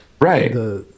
Right